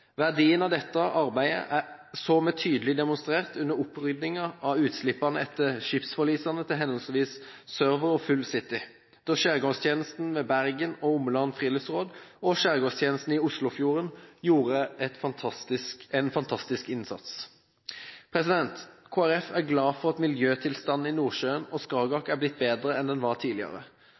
Verdien av dette arbeidet så vi tydelig demonstrert under oppryddingen av utslippene etter skipsforlisene til henholdsvis «Server» og «Full City», da Skjærgårdstjenesten ved Bergen og Omland Friluftsråd og Skjærgårdstjenesten i Oslofjorden gjorde en fantastisk innsats. Kristelig Folkeparti er glad for at miljøtilstanden i Nordsjøen og Skagerrak er blitt bedre enn den var tidligere.